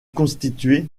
constitué